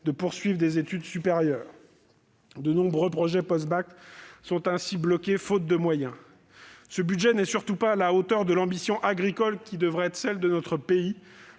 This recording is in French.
de poursuivre des études supérieures. De nombreux projets post-bac sont ainsi bloqués, faute de moyens. Bien plus, ce budget n'est pas à la hauteur de l'ambition agricole qui devrait être celle de notre pays.